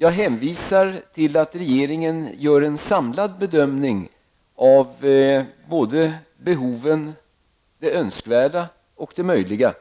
Jag hänvisar till att regeringen gör en samlad bedömning av både behoven, det önskvärda och det möjliga,